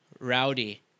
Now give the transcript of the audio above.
Rowdy